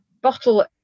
bottle